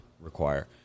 require